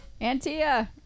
Antia